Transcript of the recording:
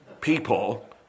people